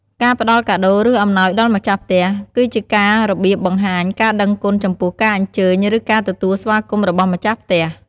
កាផ្តល់កាដូរ ឬអំណោយដល់ម្ចាស់ផ្ទះ គឺជាការរបៀបបង្ហាញការដឹងគុណចំពោះការអញ្ជើញឬការទទួលស្វាគមន៏របស់ម្ចាស់ផ្ទះ។